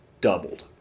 doubled